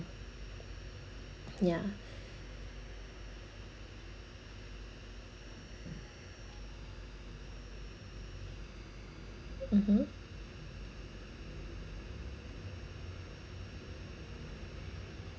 ya (uh huh)